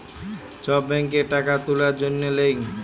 ছব ব্যাংকে টাকা তুলার জ্যনহে লেই